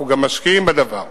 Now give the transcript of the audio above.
אנחנו גם משקיעים בדבר.